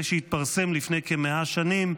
זה שהתפרסם לפני כ-100 שנים,